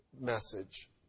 message